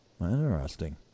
interesting